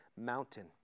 mountain